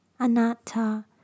Anatta